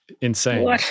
insane